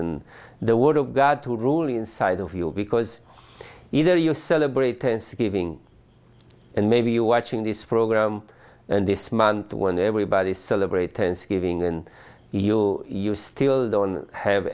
and the word of god to rule inside of you because either you celebrate hence giving and maybe you watching this program and this month when everybody celebrate tense giving and you you still don't have